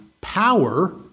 power